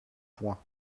points